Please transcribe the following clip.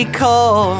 call